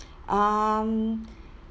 um